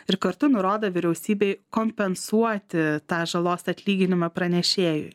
ir kartu nurodo vyriausybei kompensuoti tą žalos atlyginimą pranešėjui